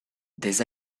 des